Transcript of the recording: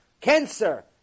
Cancer